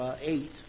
eight